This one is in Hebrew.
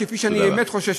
כפי שאני באמת חושש,